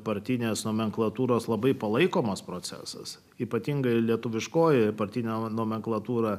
partinės nomenklatūros labai palaikomas procesas ypatingai lietuviškoji partinę nomenklatūrą